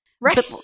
Right